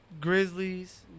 Grizzlies